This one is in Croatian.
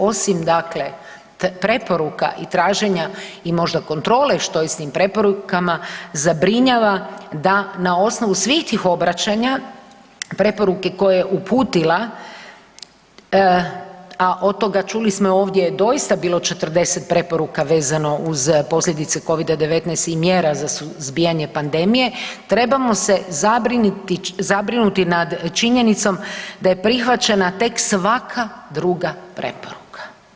Osim dakle preporuka i traženja i možda kontrole što je s tim preporukama, zabrinjava da na osnovu svih tih obraćanja preporuke koje je uputila, a od toga čuli smo i ovdje je doista bilo 40 preporuka vezano uz posljedice Covid-19 i mjera za suzbijanje pandemije, trebamo se zabrinuti nad činjenicom da je prihvaćena tek svaka druga preporuka.